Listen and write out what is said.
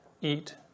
eat